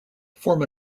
form